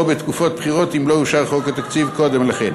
או בתקופות בחירות אם לא אושר חוק התקציב קודם לכן.